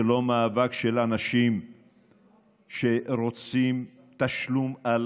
זה לא מאבק של אנשים שרוצים תשלום על